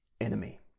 enemy